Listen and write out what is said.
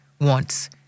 wants